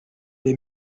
the